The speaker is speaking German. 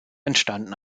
entstanden